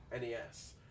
NES